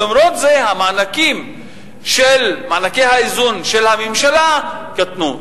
ולמרות זאת מענקי האיזון של הממשלה קטנו.